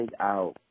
out